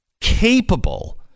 capable